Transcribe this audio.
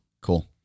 Cool